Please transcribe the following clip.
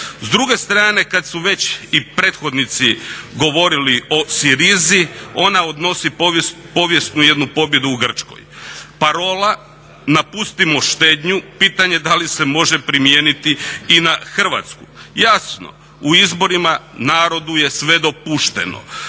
S druge strane, kad su već i prethodnici govorili o Syrizi, ona odnosi povijesnu jednu pobjedu u Grčkoj. Parola napustimo štednju, pitanje je da li se može primijeniti i na Hrvatsku. Jasno, u izborima narodu je sve dopušteno.